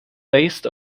based